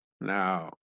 Now